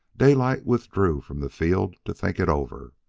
daylight withdrew from the field to think it over.